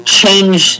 change